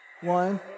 One